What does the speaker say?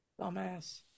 Dumbass